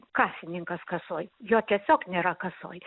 kasininkas kasoj jo tiesiog nėra kasoj